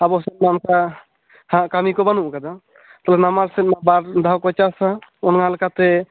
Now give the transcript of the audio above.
ᱟᱵᱚ ᱥᱮᱫ ᱢᱟ ᱚᱱᱠᱟ ᱦᱟᱸᱜ ᱠᱟᱹᱢᱤ ᱠᱚ ᱵᱟᱹᱱᱩᱜ ᱠᱟᱫᱟ ᱛᱚᱵᱮ ᱱᱟᱢᱟᱞ ᱥᱮᱫ ᱫᱚ ᱵᱟᱨ ᱫᱷᱟᱣ ᱠᱚ ᱪᱟᱥᱟ ᱚᱱᱟ ᱞᱮᱠᱟ ᱛᱮ